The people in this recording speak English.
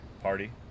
party